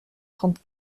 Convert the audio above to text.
trente